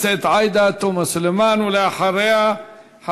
איימן, הוא היה אומר, ?